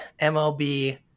MLB